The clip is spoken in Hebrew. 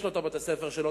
יש לו את בתי-הספר שלו,